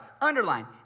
underline